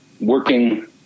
working